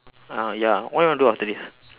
ah ya what you want to do after this